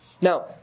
Now